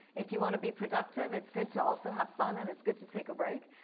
if you want to be productive it's good to also have fun and it's good to take a break.